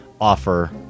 offer